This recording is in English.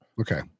Okay